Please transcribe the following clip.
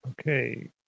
Okay